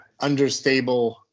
understable